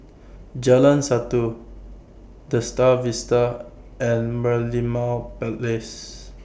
Jalan Satu The STAR Vista and Merlimau Place